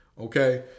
Okay